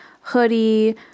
hoodie